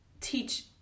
teach